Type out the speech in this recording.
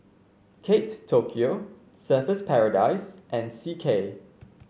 Kate Tokyo Surfer's Paradise and C K